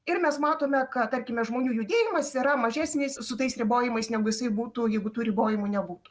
ir mes matome kad tarkime žmonių judėjimas yra mažesnis su tais ribojimaisnegu jisai būtų jeigu tų ribojimų nebūtų